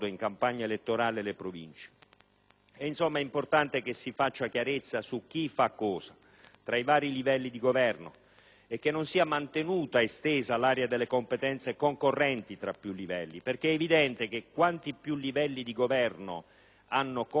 è importante che si faccia chiarezza su chi fa cosa tra i vari livelli di governo e che non sia mantenuta estesa l'area delle competenze concorrenti tra più livelli: infatti, è evidente che quanti più livelli di governo hanno competenza su una stessa materia,